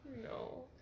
No